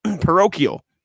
Parochial